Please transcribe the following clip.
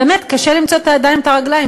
באמת, קשה למצוא את הידיים ואת הרגליים.